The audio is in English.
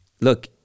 look